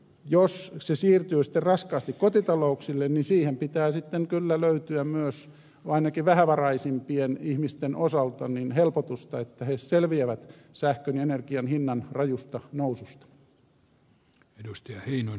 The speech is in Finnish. jos taakka siirtyy raskaasti kotitalouksille siihen pitää kyllä löytyä myös ainakin vähävaraisimpien ihmisten osalta helpotusta että he selviävät sähkön ja muun energian hinnan rajusta noususta